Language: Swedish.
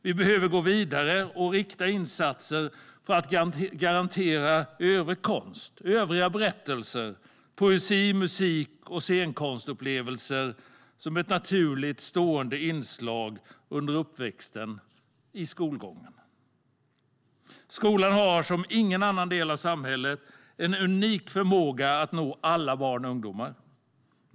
Vi behöver gå vidare med riktade insatser för att garantera att övrig konst, övriga berättelser, poesi, musik och scenkonstupplevelser blir ett naturligt och stående inslag under uppväxt och skolgång. Skolan har en unik förmåga i samhället att nå alla barn och ungdomar.